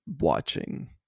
watching